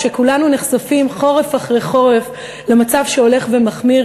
כשכולנו נחשפים חורף אחרי חורף למצב שהולך ומחמיר,